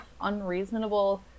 unreasonable